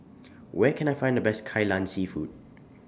Where Can I Find The Best Kai Lan Seafood